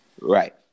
Right